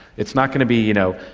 it's not going to be, you know,